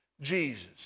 Jesus